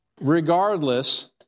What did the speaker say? regardless